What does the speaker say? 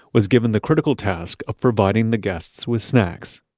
was given the critical task of providing the guests with snacks,